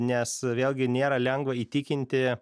nes vėlgi nėra lengva įtikinti